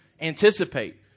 anticipate